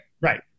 Right